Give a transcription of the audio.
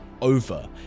over